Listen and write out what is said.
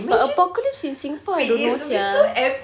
but apocalypse in singapore I don't know [sial]